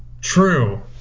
True